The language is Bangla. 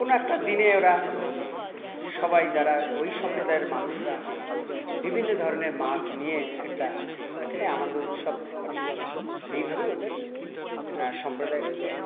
কোনো একটা দিনে ওরা সবাই যারা ওই সম্প্রদায়ের মানুষরা বিভিন্ন ধরনের মাছ নিয়ে একটা এই আনন্দ উৎসব করে এইভাবেই ওদের সম্প্রদায়টা চলে